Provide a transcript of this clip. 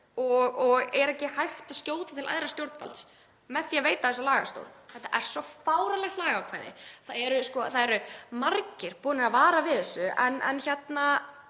og er ekki hægt að skjóta til æðra stjórnvalds, með því að veita þessu lagastoð. Þetta er svo fáránlegt lagaákvæði. Það eru margir búnir að vara við þessu en